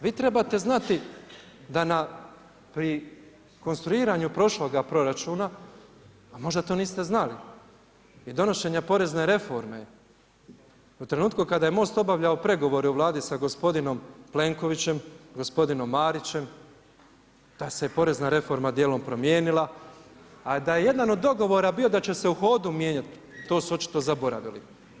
Vi trebate znati da pri konstruiranju prošloga proračuna, a možda to niste znali, jer donošenje porezne reforme u trenutku kada je Most obavljao pregovore u Vladi sa gospodinom Plenkovićem, gospodinom Marićem da se porezna reforma dijelom promijenila, a da je jedan od dogovora bio da će se u hodu mijenjati, to su očito zaboravili.